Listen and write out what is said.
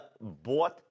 bought